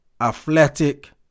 athletic